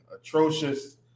atrocious